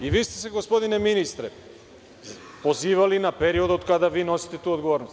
I vi ste se, gospodine ministre, pozivali na period od kada vi nosite tu odgovornost.